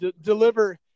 deliver